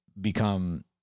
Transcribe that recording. become